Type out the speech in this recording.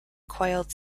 coiled